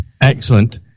Excellent